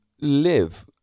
live